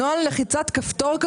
גם אתמול דיברנו על כך שנעשה הכול